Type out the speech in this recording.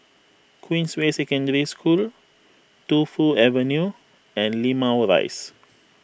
Queensway Secondary School Tu Fu Avenue and Limau Rise